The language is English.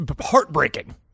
heartbreaking